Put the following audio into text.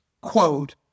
Quote